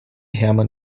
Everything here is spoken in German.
hermann